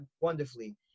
wonderfully